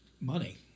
money